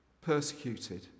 persecuted